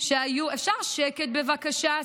אפשר שקט, בבקשה?